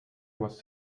was